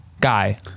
Guy